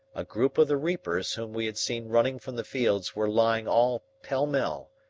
a group of the reapers whom we had seen running from the fields were lying all pell-mell,